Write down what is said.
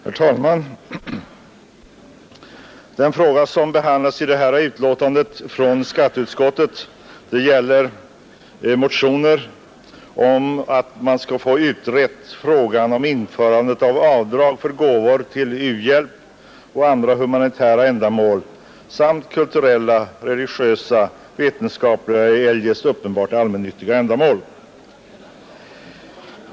Herr talman! Den fråga som behandlas i detta betänkande från skatteutskottet gäller en motion om utredning av frågan om införande av avdrag för gåvor till u-hjälp och andra humanitära ändamål samt kulturella, religiösa, vetenskapliga eller eljest uppenbart allmännyttiga ändamål.